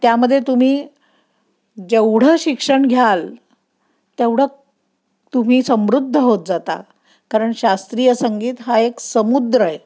त्यामध्ये तुम्ही जेवढं शिक्षण घ्याल तेवढं तुम्ही समृद्ध होत जाता कारण शास्त्रीय संगीत हा एक समुद्र आहे